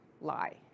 lie